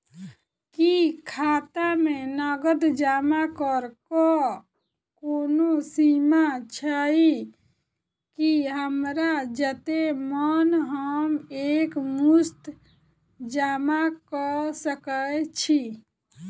की खाता मे नगद जमा करऽ कऽ कोनो सीमा छई, की हमरा जत्ते मन हम एक मुस्त जमा कऽ सकय छी?